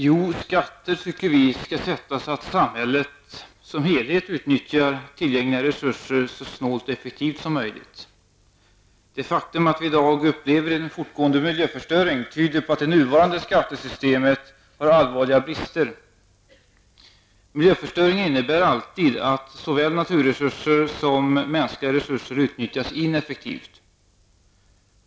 Herr talman! Vi tycker att skatter skall sättas så att samhället som helhet utnyttjar tillgängliga resurser så snålt och effektivt som möjligt. Det faktum att vi i dag upplever en fortgående miljöförstöring tyder på att det nuvarande skattesystemet har allvarliga brister. Miljöförstöring innebär alltid att såväl naturresurser som mänskliga resurser utnyttjas ineffektivt.